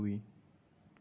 দুই